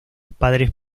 padres